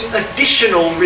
additional